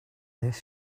this